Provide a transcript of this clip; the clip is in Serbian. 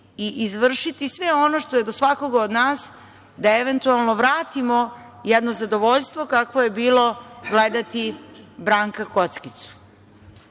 i izvršiti sve ono što je do svakoga od nas, da eventualno vratimo jedno zadovoljstvo kakvo je bilo gledati Branka Kockicu. Ja